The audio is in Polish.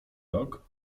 rok